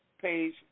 page